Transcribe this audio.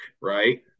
right